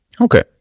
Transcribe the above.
Okay